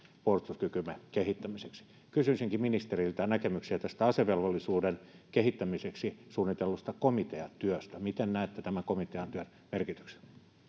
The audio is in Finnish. puolustuskykymme kehittämiseksi kysyisinkin ministeriltä näkemyksiä tästä asevelvollisuuden kehittämiseksi suunnitellusta komiteatyöstä miten näette tämän komiteatyön merkityksen